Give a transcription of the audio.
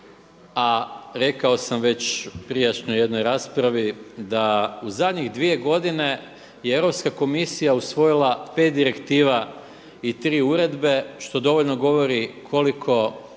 a rekao sam već u prijašnjoj jednoj raspravi da u zadnjih dvije godine je Europska komisija usvojila 5 direktiva i 3 uredbe što dovoljno govori koliko